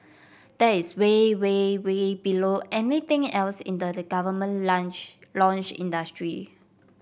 that is way way way below anything else in the government launch industry